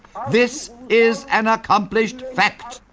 this is an accomplished fact.